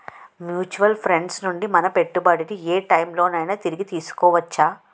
Mutual funds నుండి మన పెట్టుబడిని ఏ టైం లోనైనా తిరిగి తీసుకోవచ్చా?